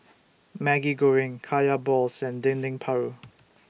Maggi Goreng Kaya Balls and Dendeng Paru